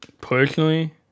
personally